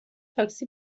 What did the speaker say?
تاکسی